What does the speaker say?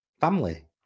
family